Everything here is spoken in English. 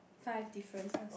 five differences